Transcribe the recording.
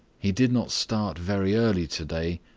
he did not start very early today,